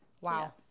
Wow